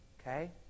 Okay